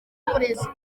n’uburezi